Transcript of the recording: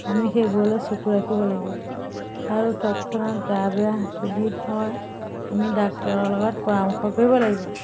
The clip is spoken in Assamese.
আমি সেইবোৰলৈ চকু ৰাখিব লাগিব আৰু তৎক্ষণাত গা বেয়া যদি হয় আমি ডাক্তৰৰ লগত পৰামৰ্শ কৰিব লাগিব